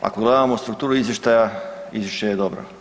Ako gledamo strukturu izvještaja, izvješće je dobro.